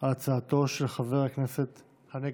על הצעתו של חבר הכנסת הנגבי.